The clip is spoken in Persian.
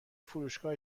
فروشگاه